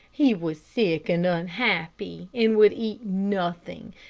he was sick and unhappy, and would eat nothing,